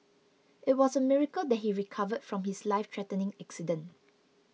it was a miracle that he recovered from his lifethreatening accident